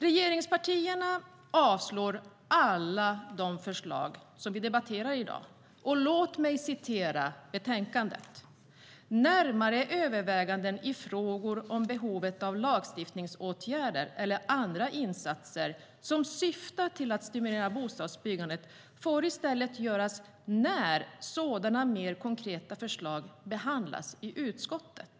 Regeringspartierna avslår alla de förslag som vi debatterar i dag. Låt mig citera ur betänkandet: "Närmare överväganden i frågor om behovet av lagstiftningsåtgärder eller andra insatser som syftar till att stimulera bostadsbyggandet får i stället göras när sådana mer konkreta förslag behandlas i utskottet.